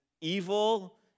evil